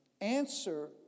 answer